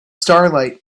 starlight